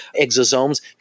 exosomes